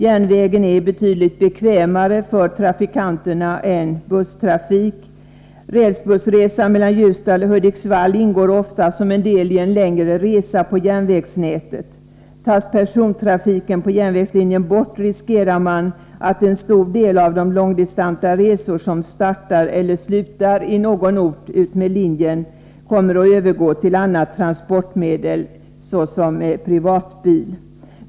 Järnvägen är betydligt bekvämare för trafikanterna än busstrafik. Rälsbussresa mellan Ljusdal och Hudiksvall ingår ofta som en del i en längre resa på järnvägsnätet. Tas persontrafiken på järnvägslinjen bort, riskerar man att en stor del av de långdistansresor som startar eller slutar i någon ort utmed linjen kommer att ske med annat transportmedel, exempelvis privatbil.